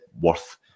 worth